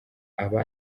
aba